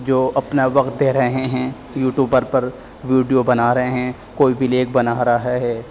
جو اپںا وقت دے رہے ہیں یوٹوبر پر ویڈیو بنا رہے ہیں کوئی ویلیگ بنا رہا ہے